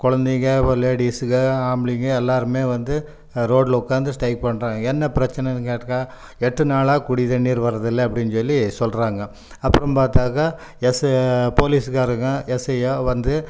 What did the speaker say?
குழந்தைங்க அப்புறம் லேடிஸுகள் ஆம்பளைங்கள் எல்லோருமே வந்து ரோடில் உட்காந்து ஸ்டைக் பண்ணுறாங்க என்ன பிரச்சனைன்னு கேட்டால் எட்டு நாளாக குடி தண்ணீர் வர்றதில்லை அப்படின்னு சொல்லி சொல்கிறாங்க அப்புறம் பார்த்தாக்கா எஸ்ஸு போலீஸ்காரங்கள் எஸ்ஐயோ வந்து